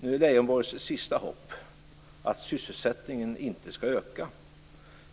Nu är Leijonborgs sista hopp att sysselsättningen inte skall öka,